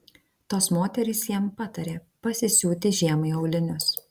tos moterys jam patarė pasisiūti žiemai aulinius